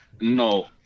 No